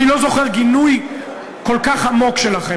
אני לא זוכר גינוי כל כך עמוק שלכם.